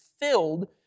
filled